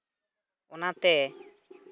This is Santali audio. ᱚᱱᱟᱛᱮ